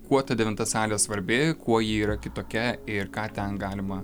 kuo ta devinta salė svarbi kuo ji yra kitokia ir ką ten galima